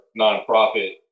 nonprofit